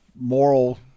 moral